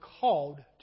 called